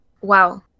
Wow